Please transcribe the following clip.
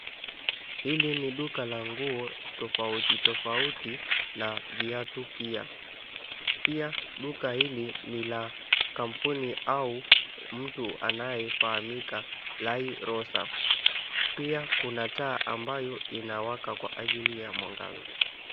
Hili ni duka la nguo tofauti tofauti na viatu pia. Pia duka hili ni la kampuni au mtu anayefahamika La Rosa. Pia kuna taa ambayo inawaka kwa ajili ya mwangaza.